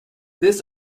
this